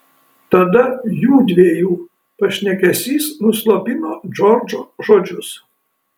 tada jųdviejų pašnekesys nuslopino džordžo žodžius